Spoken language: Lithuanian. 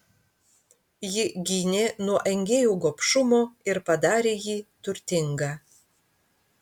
ji gynė nuo engėjų gobšumo ir padarė jį turtingą